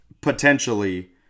potentially